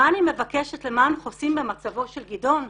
מה אני מבקשת למען חוסים במצבו של גדעון?